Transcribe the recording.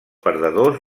perdedors